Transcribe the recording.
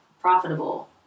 profitable